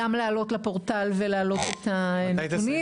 גם להעלות לפורטל ולהעלות את הנתונים,